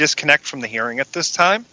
just connect from the hearing at this time